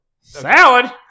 Salad